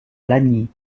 lagny